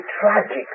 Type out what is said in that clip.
tragic